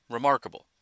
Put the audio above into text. Remarkable